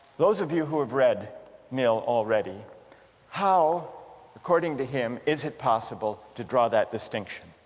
those of you who've read mill already how according to him is it possible to draw that distinction?